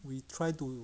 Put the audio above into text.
we try to